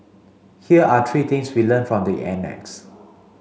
here are three things we learnt from the annex